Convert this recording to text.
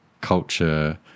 culture